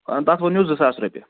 تَتھ ؤنِو زٕ ساس رۄپیہِ